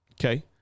Okay